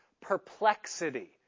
perplexity